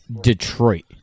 Detroit